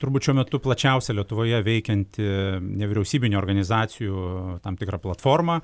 turbūt šiuo metu plačiausia lietuvoje veikianti nevyriausybinių organizacijų tam tikra platforma